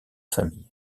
famille